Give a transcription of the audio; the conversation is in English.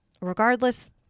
regardless